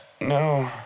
No